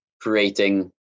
creating